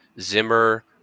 Zimmer